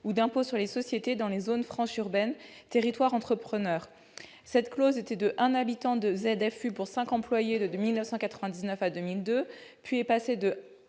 ou d'impôt sur les sociétés dans les zones franches urbaines-territoires entrepreneurs, les ZFU-TE. Cette clause, qui était de un habitant de ZFU pour cinq employés de 1997 à 2002, est passée de